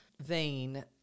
vein